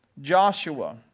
Joshua